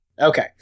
Okay